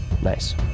Nice